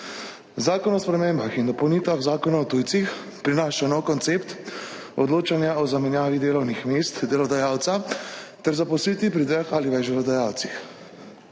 Zakon o spremembah in dopolnitvah Zakona o tujcih prinaša nov koncept odločanja o zamenjavi delovnih mest delodajalca ter zaposlitvi pri dveh ali več delodajalcih.